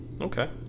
Okay